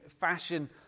fashion